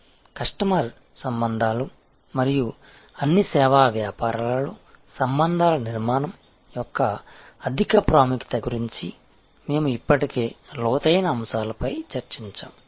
customer సంబంధాలు మరియు అన్ని సేవా వ్యాపారాలలో సంబంధాల నిర్మాణం యొక్క అధిక ప్రాముఖ్యత గురించి మేము ఇప్పటికే లోతైన అంశాలపై చర్చించాము